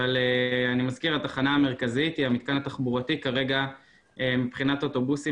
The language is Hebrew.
אבל אני מזכיר התחנה המרכזית היא המתקן התחבורתי כרגע מבחינת אוטובוסים,